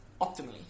optimally